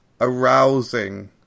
arousing